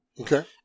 Okay